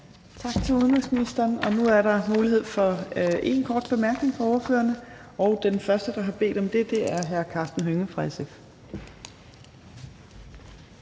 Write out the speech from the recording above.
Tak til udenrigsministeren. Nu er der mulighed for én kort bemærkning fra ordførerne, og den første, der har bedt om det, er hr. Karsten Hønge fra SF.